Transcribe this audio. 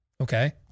Okay